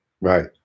Right